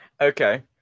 Okay